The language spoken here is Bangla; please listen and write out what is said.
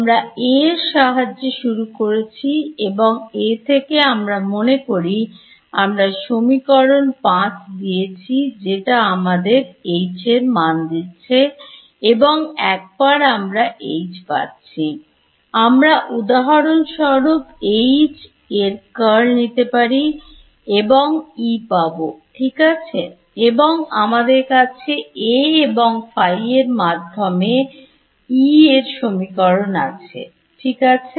আমরা A এর সাহায্যে শুরু করেছি এবং A থেকে আমরা মনে করি আমরা সমীকরণ 5 দিয়েছি যেটা আমাদের H মান দিচ্ছে এবং একবার আমরা H পাচ্ছি আমরা উদাহরণস্বরূপ H এর Curl নিতে পারি এবং E পাব ঠিক আছে এবং আমাদের কাছে A এবং ϕ এর মাধ্যমে E এর সমীকরণ আছে ঠিক আছে